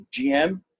GM